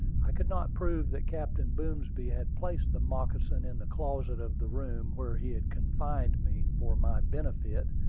i could not prove that captain boomsby had placed the moccasin in the closet of the room where he had confined me, for my benefit,